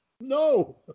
No